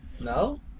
No